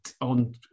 on